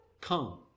Come